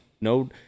No